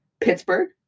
Pittsburgh